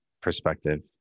perspective